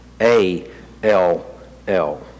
A-L-L